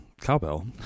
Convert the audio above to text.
Cowbell